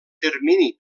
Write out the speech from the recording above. termini